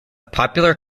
popular